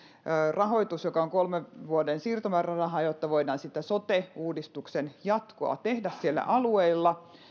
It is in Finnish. rahoitus joka on kolmen vuoden siirtomääräraha jotta voidaan sote uudistuksen jatkoa tehdä alueilla